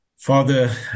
Father